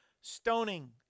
stoning